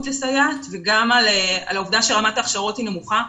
לסייעת וגם על העובדה שרמת ההכשרות היא נמוכה.